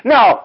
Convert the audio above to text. Now